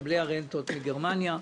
מקבלי הרנטות מגרמניה.